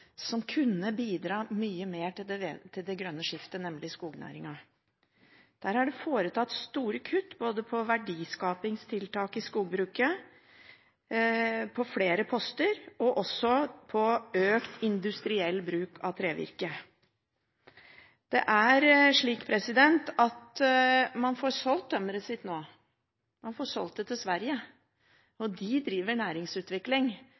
som kunne bidratt mye mer til det grønne skiftet, nemlig skognæringen. Der er det foretatt store kutt, både på verdiskapingstiltak i skogbruket – på flere poster – og også på økt industriell bruk av trevirke. Det er slik at man får solgt tømmeret sitt nå, man får solgt det til Sverige. De driver næringsutvikling